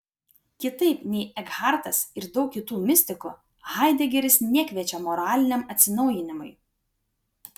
kitaip nei ekhartas ir daug kitų mistikų haidegeris nekviečia moraliniam atsinaujinimui